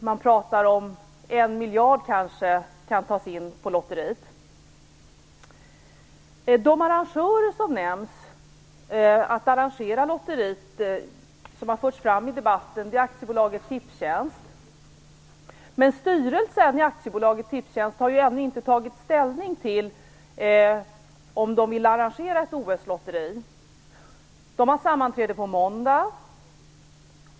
Man talar om att det kanske kan tas in 1 miljard på lotteriet. Den arrangör som nämnts och som har förts i debatten är AB Tipstjänst. Men styrelsen har ännu inte tagit ställning till om man vill arrangera ett OS-lotteri. Styrelsen har sammanträde på måndag.